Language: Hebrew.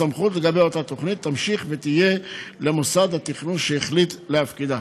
הסמכות לגבי אותה תוכנית תמשיך ותהיה למוסד התכנון שהחליט להפקידה.